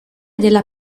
della